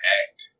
act